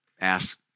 ask